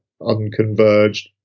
unconverged